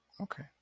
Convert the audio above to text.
okay